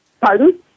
Pardon